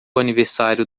aniversário